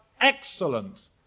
excellent